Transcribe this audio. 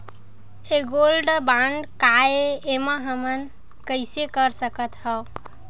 ये gold bond काय ए एमा हमन कइसे कर सकत हव?